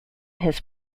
his